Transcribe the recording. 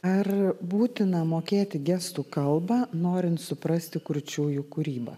ar būtina mokėti gestų kalbą norint suprasti kurčiųjų kūrybą